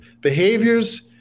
Behaviors